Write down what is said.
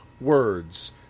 words